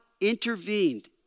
intervened